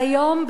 והיום,